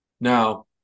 now